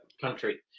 country